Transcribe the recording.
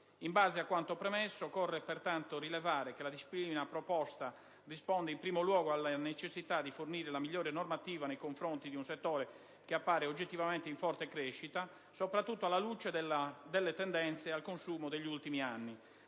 In base a quanto premesso, occorre pertanto rilevare che la disciplina proposta risponde in primo luogo alla necessità di fornire la migliore normativa nei confronti di un settore che appare oggettivamente in forte crescita, soprattutto alla luce delle tendenze al consumo degli ultimi anni,